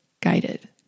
guided